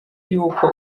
y’uko